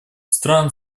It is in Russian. стран